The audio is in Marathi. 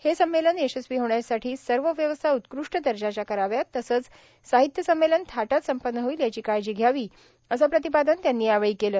हे संमेलन यशस्वी होण्यासाठी सर्व व्यवस्था उत्कृष्ट दर्जाच्या कराव्यात तसंच साहित्य संमेलन थाटात संपन्न होईल याची काळजी घ्यावी असं प्रतिपादन त्यांनी यावेळी केलं